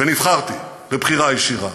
ונבחרתי בבחירה ישירה,